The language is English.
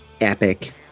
epic